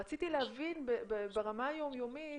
רציתי להבין ברמה היום יומית,